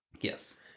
yes